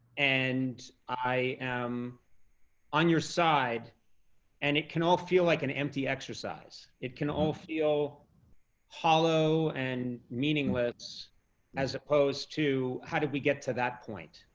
and i am on your side and it can all feel like an empty exercise, it can all feel hollow and meaningless as opposed to how did we get to that point?